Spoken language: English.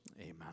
Amen